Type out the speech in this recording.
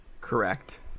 Correct